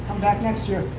back next year.